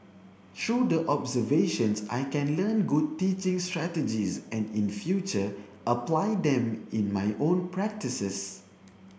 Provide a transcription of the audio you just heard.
through the observations I can learn good teaching strategies and in future apply them in my own practices